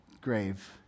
grave